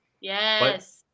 Yes